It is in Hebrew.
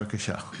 בבקשה.